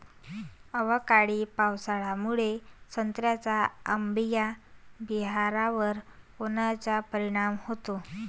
अवकाळी पावसामुळे संत्र्याच्या अंबीया बहारावर कोनचा परिणाम होतो?